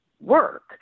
work